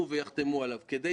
אני רוצה להצטרף לתודות.